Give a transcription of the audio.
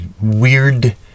weird